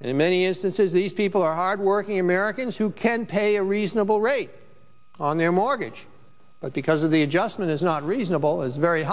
and in many instances these people are hardworking americans who can pay a reasonable rate on their mortgage but because of the adjustment is not reasonable is very